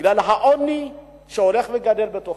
שבגלל העוני שהולך וגדל בתוכנו,